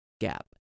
gap